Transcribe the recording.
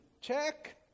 check